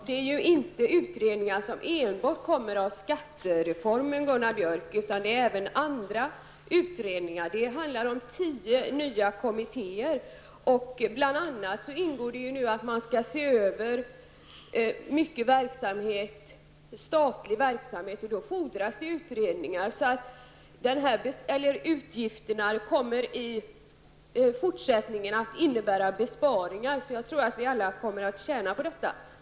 Herr talman! Utredningarna är inte enbart en följd av skattereformen, Gunnar Björk, utan det är även fråga om andra utredningar. Det handlar om tio nya kommittéer. Bl.a. skall man se över mycket statlig verksamhet, och då fordras utredningar. Utgifterna kommer i fortsättningen att leda till besparingar, och jag tror därför att vi alla kommer att tjäna på detta.